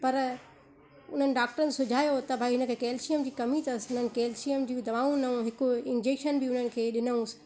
पर हुननि डॉक्टरनि सुझायो त भाई हिन खे कैलशियम जी कमी अथसि हिननि कैलशियम जी दवाऊं ॾिनऊं हिक इंजैक्शन बि हुननि खे ॾिनऊंसि